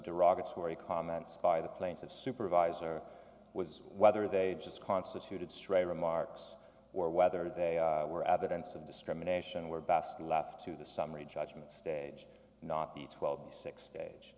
derogatory comments by the plaintiffs supervisor was whether they just constituted stray remarks or whether they were evidence of discrimination were best left to the summary judgment stage not the twelve the six stage